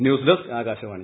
news desk Akashvani